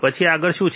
પછી આગળ શું છે